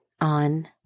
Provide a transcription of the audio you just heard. on